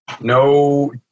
No